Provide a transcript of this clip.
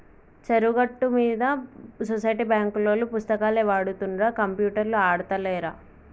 చెరువు గట్టు మీద సొసైటీ బాంకులోల్లు పుస్తకాలే వాడుతుండ్ర కంప్యూటర్లు ఆడుతాలేరా